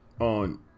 on